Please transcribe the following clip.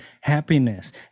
happiness